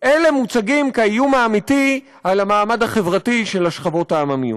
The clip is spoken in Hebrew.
אלה מוצגים כאיום האמיתי על המעמד החברתי של השכבות העממיות.